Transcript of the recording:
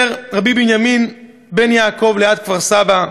רבי בנימין בן יעקב ליד כפר-סבא,